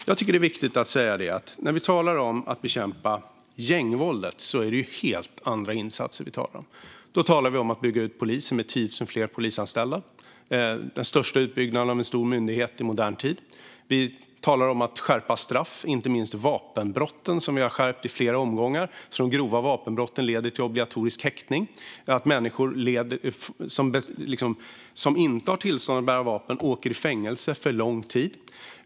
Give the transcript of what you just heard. Jag tycker att det är viktigt att säga att det när det gäller att bekämpa gängvåldet är helt andra insatser vi talar om. Då talar vi om att bygga ut polisen med 10 000 fler polisanställda, den största utbyggnaden av en stor myndighet i modern tid. Vi talar om att skärpa straff, inte minst för vapenbrotten, där vi har skärpt straffen i flera omgångar så att de grova vapenbrotten leder till obligatorisk häktning och till att människor som inte har tillstånd att bära vapen åker i fängelse på lång tid.